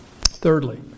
Thirdly